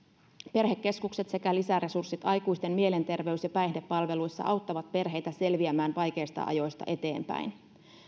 perhekeskukset sekä lisäresurssit aikuisten mielenterveys ja päihdepalveluissa auttavat perheitä selviämään vaikeista ajoista eteenpäin